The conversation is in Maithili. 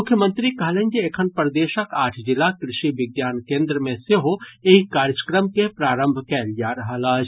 मुख्यमंत्री कहलनि जे एखन प्रदेशक आठ जिलाक कृषि विज्ञान केन्द्र मे सेहो एहि कार्यक्रम के प्रारंभ कयल जा रहल अछि